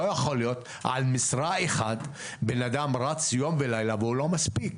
לא יכול להיות שעל משרה אחת בן אדם רץ יום ולילה והוא לא מספיק.